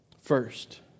First